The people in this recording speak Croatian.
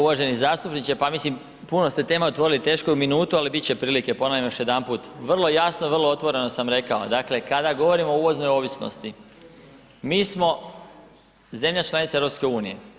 Uvaženi zastupniče, pa mislim, puno ste tema otvorili, teško je u minutu ali biti će prilike, ponavljam još jedanput, vrlo jasno, vrlo otvoreno sam rekao, dakle kada govorimo o uvoznoj ovisnosti mi smo zemlja članica EU.